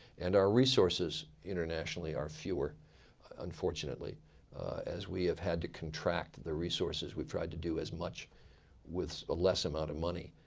and our resources internationally are fewer unfortunately as we have had to contract the resources we've tried to do as much with a less amount of money.